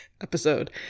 episode